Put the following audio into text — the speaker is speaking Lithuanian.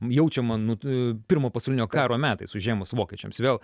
jaučiama nu e pirmo pasaulinio karo metais užėmus vokiečiams vėl